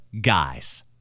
guys